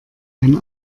ein